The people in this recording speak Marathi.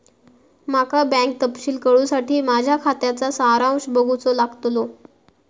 माका बँक तपशील कळूसाठी माझ्या खात्याचा सारांश बघूचो लागतलो